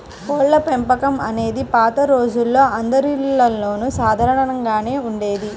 కోళ్ళపెంపకం అనేది పాత రోజుల్లో అందరిల్లల్లోనూ సాధారణంగానే ఉండేది